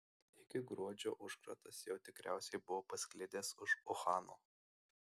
iki gruodžio užkratas jau tikriausiai buvo pasklidęs už uhano